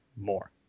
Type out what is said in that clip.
more